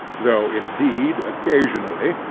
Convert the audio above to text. though indeed, occasionally,